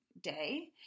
day